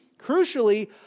crucially